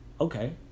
Okay